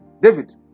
David